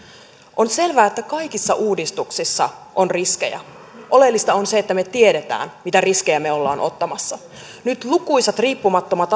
on selvää että kaikissa uudistuksissa on riskejä oleellista on se että me tiedämme mitä riskejä me olemme ottamassa nyt lukuisat riippumattomat